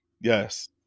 Yes